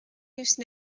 use